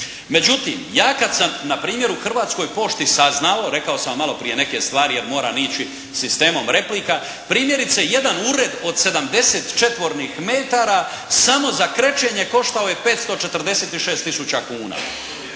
Međutim ja kad sam npr. u Hrvatskoj pošti saznao, rekao sam vam maloprije neke stvari jer moram ići sistemom replika, primjerice jedan ured od 70 četvornih metara samo za krečenje koštao je 546 tisuća kuna.